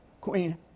Queen